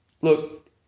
Look